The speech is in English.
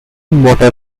motor